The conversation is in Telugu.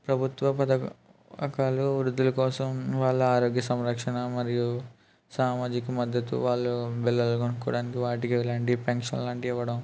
ప్రభుత్వ పథకాలు వృద్ధుల కోసం వాళ్ళ ఆరోగ్య సంరక్షణ మరియు సామాజిక మద్దతు వాళ్ళు బిళ్ళలు కొనుక్కోటానికి వాటికి ఇలాంటి పెన్షన్ లాంటివి ఇవ్వడం